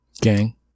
Gang